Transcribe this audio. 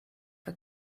for